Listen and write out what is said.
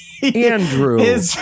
Andrew